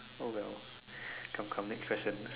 oh wells come come next question